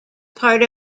part